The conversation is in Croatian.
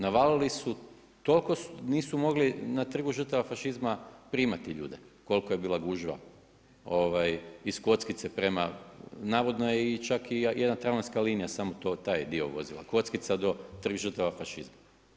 Navalili su, toliko nisu mogli Trg žrtava fašizma primati ljude kolika je bila gužva iz Kockice prema, navodno je čak i jedna tramvajska linija samo taj dio vozila, od Kockice do Trg žrtava fašizma.